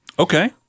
Okay